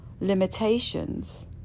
limitations